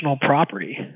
property